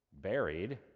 buried